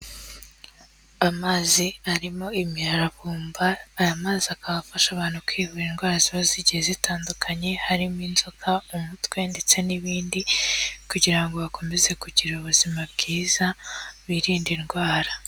Amazi arimo imiravumba, aya mazi akaba afasha abantu kwivura indwara ziba zigiye zitandukanye harimo inzoka, umutwe ndetse n'ibindi, kugirango bakomeze kugira ubuzima bwiza birinde indwara.